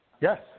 Yes